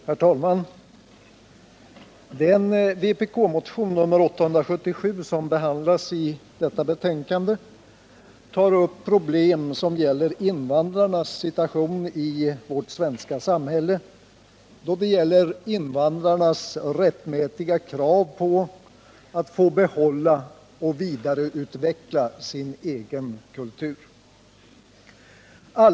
Herr talman! I den vpk-motion nr 877 som behandlas i kulturutskottets betänkande nr 8 tar vi upp problem som gäller invandrarnas situation i vad avser deras rättmätiga krav på att få behålla och vidareutveckla sin egen kultur i vårt svenska samhälle.